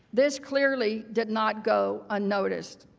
this clearly did not go unnoticed.